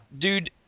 Dude